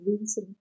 reason